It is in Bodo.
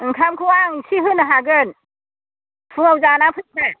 ओंखामखौ आं इसे होनो हागोन फुंआव जाना फैदो